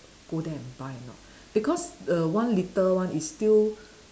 go there and buy or not because err one litre one is still